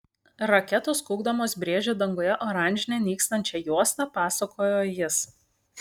raketos kaukdamos brėžė danguje oranžinę nykstančią juostą pasakojo jis